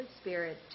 Spirit